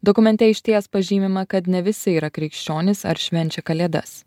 dokumente išties pažymima kad ne visi yra krikščionys ar švenčia kalėdas